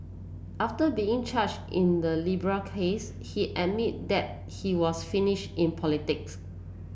after being charged in the Libya case he admitted that he was finish in politics